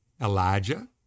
Elijah